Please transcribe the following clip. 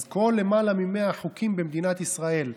אז כל למעלה מ-100 החוקים במדינת ישראל,